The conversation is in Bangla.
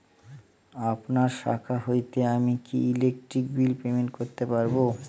আপনার শাখা হইতে আমি কি ইলেকট্রিক বিল পেমেন্ট করতে পারব?